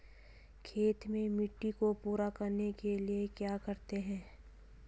खेत में मिट्टी को पूरा करने के लिए क्या करते हैं?